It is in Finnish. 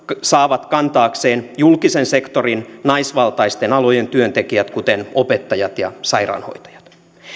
saavat kantaakseen julkisen sektorin naisvaltaisten alojen työntekijät kuten opettajat ja sairaanhoitajat